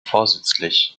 vorsätzlich